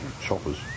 Choppers